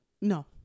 No